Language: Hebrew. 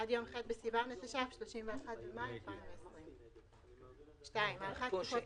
עד יום ח' בסיוון התש"ף (31 במאי 2020). הארכת תקופות